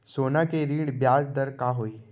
सोना के ऋण के ब्याज दर का होही?